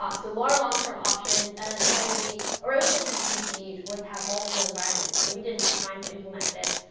um so more long term options. and then something we originally conceived was to have multiple environments. and we didn't have time to implement this.